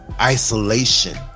Isolation